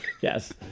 Yes